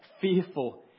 fearful